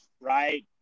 right